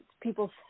people